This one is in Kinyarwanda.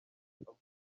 avuga